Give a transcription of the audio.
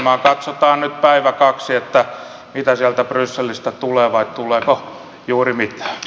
katsotaan nyt päivä kaksi että mitä sieltä brysselistä tulee vai tuleeko juuri mitään